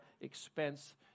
expense